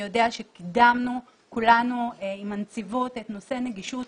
יודע שקידמנו כולנו עם הנציבות את נושא הנגישות